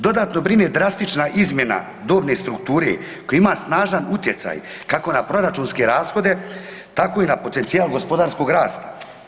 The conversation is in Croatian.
Dodatno brine drastična izmjena dobne strukture koja ima snažan utjecaj kako na proračunske rashode, tako i na potencijal gospodarskog rasta.